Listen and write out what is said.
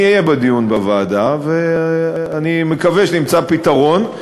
אני אהיה בדיון בוועדה ואני מקווה שנמצא פתרון.